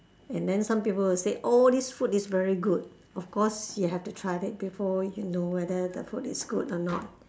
and then some people will say oh this food is very good of course you have to try it before you know whether the food is good or not